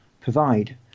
provide